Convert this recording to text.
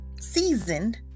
seasoned